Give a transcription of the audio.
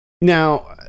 Now